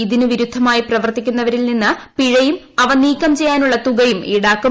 ഇതിന് വിരുദ്ധമായി പ്രവർത്തിക്കുന്നവരിൽ നിന്ന് പിഴയും അവ നീക്കം ചെയ്യാനുള്ള തുകയും ഈടാക്കും